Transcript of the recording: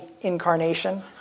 incarnation